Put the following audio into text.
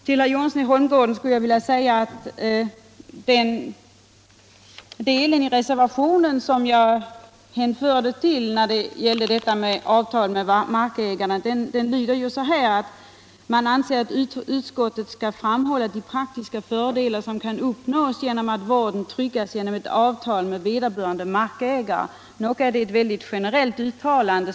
Till herr Johansson i Holmgården vill jag säga att den del i reservationen som jag hänförde till avtal med markägare lyder så här: ”——— vill utskottet för sin del framhålla de praktiska fördelar som kan uppnås genom att vården tryggas genom ett avtal med vederbörande markägare.” Nog är det ett mycket generellt uttalande.